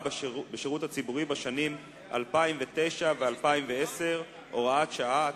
בשירות הציבורי בשנים 2009 ו-2010 (הוראת שעה),